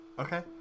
okay